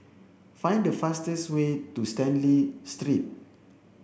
find the fastest way to Stanley Street